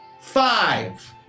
Five